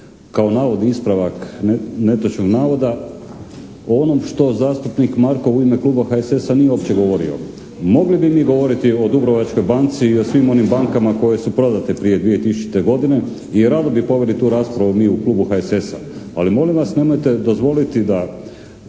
kao navodni ispravak netočnog navoda o onom što zastupnik Markov u ime kluba HSS-a nije uopće govorio. Mogli bi mi govoriti o Dubrovačkoj banci i o svim onim bankama koje su prodate prije 2000. godine i rado bi poveli tu raspravu mi u klubu HSS-a, ali molim vas nemojte dozvoliti da